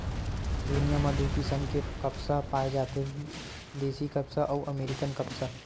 दुनिया म दू किसम के कपसा पाए जाथे देसी कपसा अउ अमेरिकन कपसा